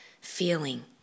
feeling